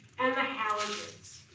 and the halogens.